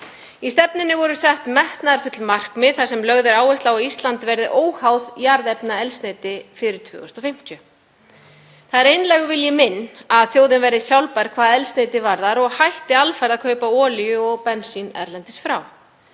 Í stefnunni voru sett metnaðarfull markmið þar sem lögð er áhersla á að Ísland verði óháð jarðefnaeldsneyti fyrir 2050. Það er einlægur vilji minn að þjóðin verði sjálfbær hvað eldsneyti varðar og hætti alfarið að kaupa olíu og bensín erlendis frá.